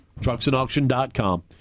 TrucksandAuction.com